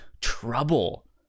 trouble